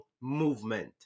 movement